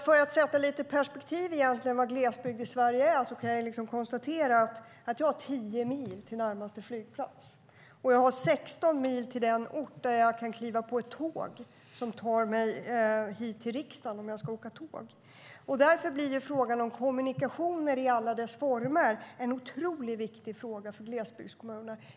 För att sätta lite perspektiv på vad glesbygd i Sverige egentligen är kan jag konstatera att jag har 10 mil till närmaste flygplats och 16 mil till den ort där jag kan kliva på ett tåg som tar mig hit till riksdagen om jag ska åka tåg. Därför blir frågan om kommunikationer i alla dess former en otroligt viktig fråga för glesbygdskommuner.